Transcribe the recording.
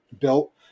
built